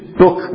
book